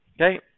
Okay